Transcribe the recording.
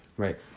right